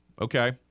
okay